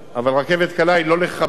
אבל רכבת קלה היא לא לחבר.